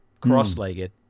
cross-legged